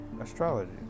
astrology